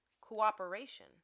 Cooperation